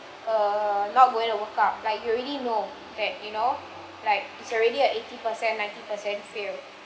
err not going to work out like you already know that you know like it's already ah eighty percent ninety percent fail